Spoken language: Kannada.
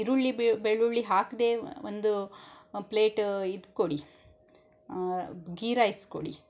ಈರುಳ್ಳಿ ಬೆಳ್ಳುಳ್ಳಿ ಹಾಕದೆ ಒಂದು ಪ್ಲೇಟ್ ಇದು ಕೊಡಿ ಗೀ ರೈಸ್ ಕೊಡಿ